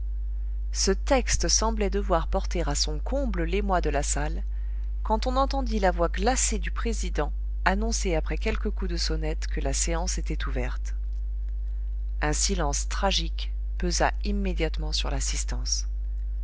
ce texte semblait devoir porter à son comble l'émoi de la salle quand on entendit la voix glacée du président annoncer après quelques coups de sonnette que la séance était ouverte un silence tragique pesa immédiatement sur l'assistance